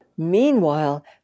Meanwhile